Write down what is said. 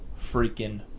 freaking